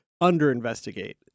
under-investigate